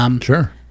Sure